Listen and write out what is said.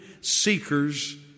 Seekers